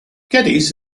geddes